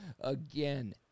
again